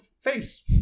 face